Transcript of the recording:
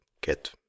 get